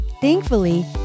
Thankfully